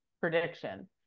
prediction